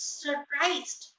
surprised